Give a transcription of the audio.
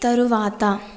తరువాత